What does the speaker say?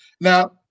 Now